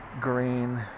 green